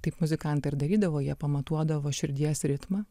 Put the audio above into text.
taip muzikantai ir darydavo jie pamatuodavo širdies ritmą